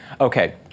Okay